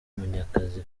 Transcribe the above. munyakazi